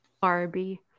barbie